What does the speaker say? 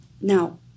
Now